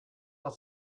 that